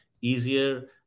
easier